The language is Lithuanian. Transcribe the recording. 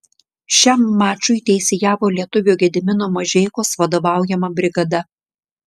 šiam mačui teisėjavo lietuvio gedimino mažeikos vadovaujama brigada